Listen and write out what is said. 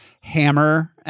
hammer